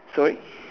sorry